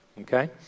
okay